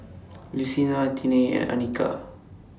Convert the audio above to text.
Lucina Tiney and Anika